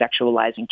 sexualizing